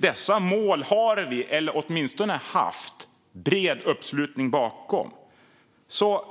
Dessa mål har vi - eller har åtminstone haft - bred uppslutning bakom.